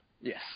Yes